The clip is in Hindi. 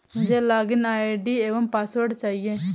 मुझें लॉगिन आई.डी एवं पासवर्ड चाहिए